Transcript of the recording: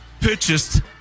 purchased